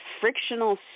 frictional